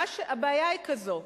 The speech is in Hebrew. הבעיה היא כזאת: